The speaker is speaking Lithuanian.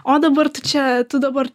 o dabar tu čia tu dabar